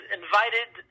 invited